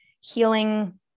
healing